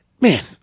man